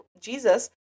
Jesus